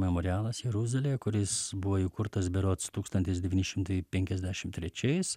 memorialas jeruzalėje kuris buvo įkurtas berods tūkstantis devyni šimtai penkiasdešim trečiais